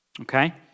Okay